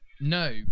No